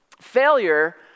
Failure